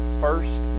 first